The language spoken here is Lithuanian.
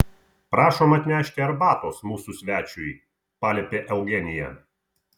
prašom atnešti arbatos mūsų svečiui paliepė eugenija